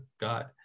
God